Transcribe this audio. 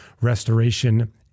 Restoration